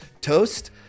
toast